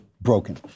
broken